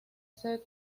ser